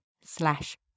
slash